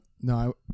No